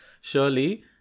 Surely